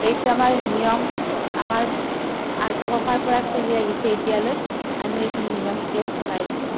এইটোৱে আমাৰ নিয়ম আমাৰ আজো ককাৰ পৰা চলি আহিছে এতিয়ালৈ আমি এইখিনি নিয়ম এতিয়াওঁ চলাই আছো